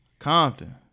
Compton